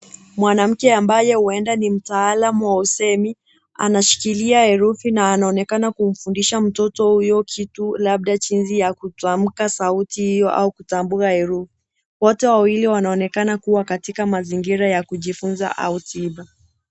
Mwanamke ambaye huenda ni mtaalamu wa usemi anashikilia herufi na anaonekana kumfundisha mtoto kitu, labda jinsi ya kutamka sauti hiyo au kutambua herufi. Wote wawili wanaonekana kuwa katika mazingira ya kujifunza au tiba.